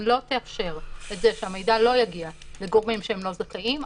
אם לא תאפשר את זה שהמידע לא יגיע לגורמים שהם לא זכאים,